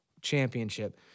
championship